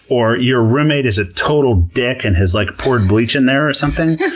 or your roommate is a total dick and has like poured bleach in there or something,